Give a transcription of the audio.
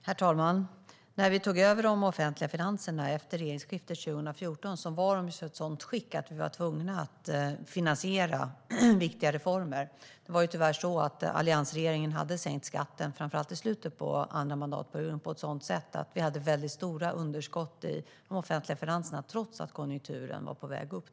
Herr talman! När vi tog över de offentliga finanserna efter regeringsskiftet 2014 var de i ett sådant skick att vi var tvungna att finansiera viktiga reformer. Det var ju tyvärr så att alliansregeringen hade sänkt skatten, framför allt i slutet av andra mandatperioden, på ett sådant sätt att vi hade väldigt stora underskott i de offentliga finanserna, trots att konjunkturen var på väg upp.